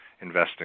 investing